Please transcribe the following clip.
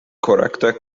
korekta